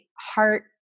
heart